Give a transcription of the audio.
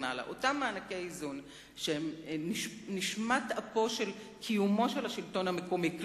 מענקי האיזון הם נשמת אפו ותנאי לקיומו של השלטון המקומי,